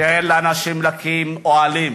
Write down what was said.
תן לאנשים להקים אוהלים.